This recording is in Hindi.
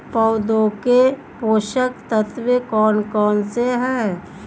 पौधों के पोषक तत्व कौन कौन से हैं?